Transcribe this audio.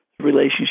Relationship